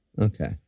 Okay